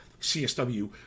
CSW